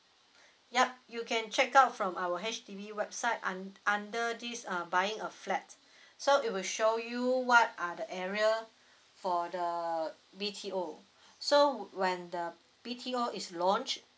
ya you can check out from our H_D_B website und~ under this uh buying a flat so it will show you what are the area for the B_T_O so when the B_T_O is launched